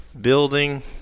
building